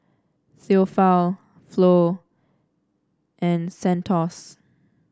Theophile Flo and Santos